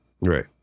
Right